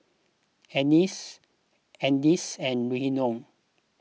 Anice Anice and Rhiannon